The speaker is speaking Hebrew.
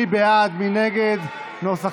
מי בעד ומי נגד, כנוסח